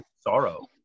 Sorrow